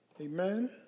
Amen